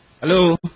hello